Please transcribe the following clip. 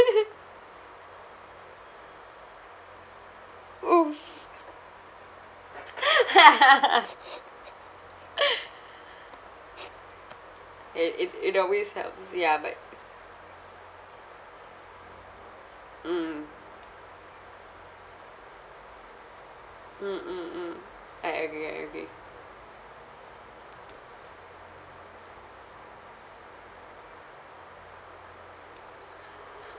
!woo! ya it's it always helps ya but mm mm mm mm I agree I agree